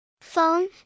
Phone